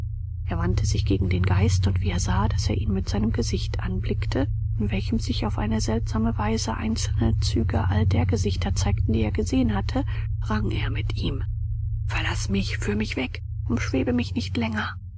er wandte sich gegen den geist und wie er sah daß er ihn mit einem gesicht anblickte in welchem sich auf eine seltsame weise einzelne züge all der gesichter zeigten die er gesehen hatte rang er mit ihm verlaß mich führ mich weg umschwebe mich nicht länger